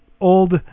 old